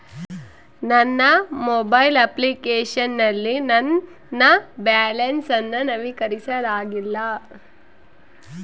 ನನ್ನ mobile application ನಲ್ಲಿ ನನ್ನ ಬ್ಯಾಲೆನ್ಸ್ ಅನ್ನು ನವೀಕರಿಸಲಾಗಿಲ್ಲ